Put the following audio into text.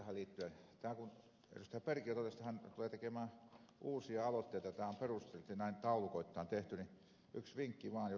perkiö totesi että hän tulee tekemään uusia aloitteita ja tämä on perusteellisesti näin taulukoittain tehty niin yksi vinkki vaan